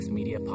Media